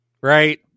Right